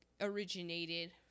originated